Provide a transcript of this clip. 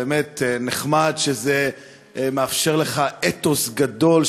באמת נחמד שזה מאפשר לך להציג כאן אתוס גדול,